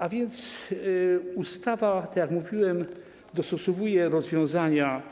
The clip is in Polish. A więc ustawa, tak jak mówiłem, dostosowuje rozwiązania